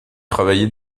travaillé